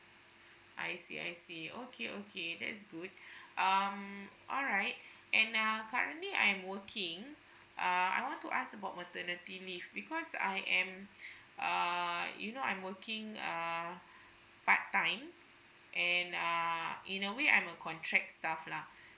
I see I see okay okay that's good um alright and uh currently I'm working uh I want to ask about maternity leave because I am err you know I'm working err part time and uh in a way I'm a contract staff lah